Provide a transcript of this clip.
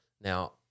Now